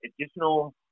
additional